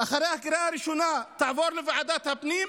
תעבור אחרי הקריאה הראשונה לוועדת הפנים.